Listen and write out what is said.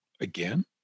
again